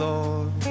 Lord